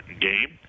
game